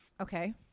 Okay